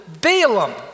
Balaam